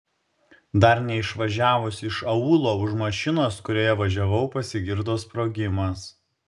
dar neišvažiavus iš aūlo už mašinos kurioje važiavau pasigirdo sprogimas